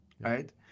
right